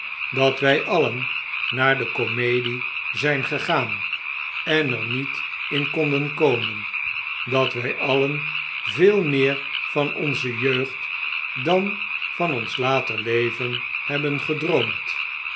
dat wjj alien naar de comedie zyn gegaan en er niet in konden komen dat wij alien veel meer van onze jeugd dan van ons later leven hebben gedroomd